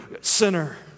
sinner